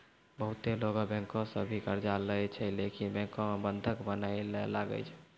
बहुते लोगै बैंको सं भी कर्जा लेय छै लेकिन बैंको मे बंधक बनया ले लागै छै